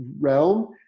realm